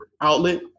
outlet